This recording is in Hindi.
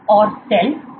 और सेल कैसे देखता है